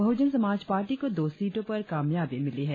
बहुजन Samaj Party को दो सीटों पर कामयाबी मिली है